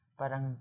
parang